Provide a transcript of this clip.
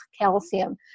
calcium